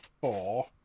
four